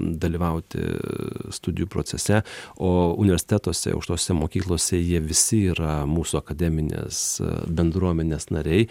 dalyvauti studijų procese o universitetuose aukštosiose mokyklose jie visi yra mūsų akademinės bendruomenės nariai